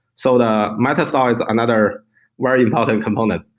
so the meta store is another very important component.